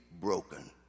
broken